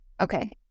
Okay